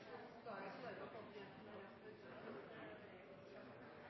da er